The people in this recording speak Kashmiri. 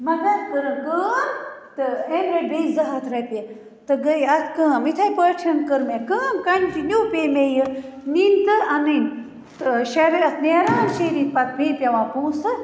مگر کٔرٕن کٲم تہٕ أمۍ رٔٹۍ بیٚیہِ زٕ ہَتھ رۄپیہِ تہٕ گٔیہِ اتھ کٲم یِتھٕے پٲٹھۍ کٔر مےٚ کٲم کَنٹِنیو پیٚیہِ مےٚ یہِ نِنۍ تہٕ اَنٕنۍ تہٕ شےٚ ریٚتھ نیران شےٚ ریٚتۍ پَتہٕ بیٚیہِ پیٚوان پۅنٛسہٕ